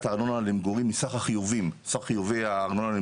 הארנונה למגורים מסך חיובי הארנונה,